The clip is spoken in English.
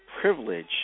privilege